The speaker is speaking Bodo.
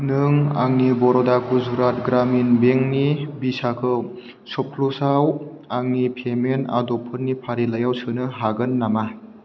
नों आंनि बर'दा गुजरात ग्रामिन बेंकनि भिसाखौ सपक्लुसाव आंनि पेमेन्ट आदबफोरनि फारिलाइयाव सोनो हागोन नामा